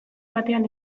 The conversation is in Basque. batean